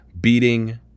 beating